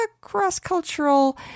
cross-cultural